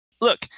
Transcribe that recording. look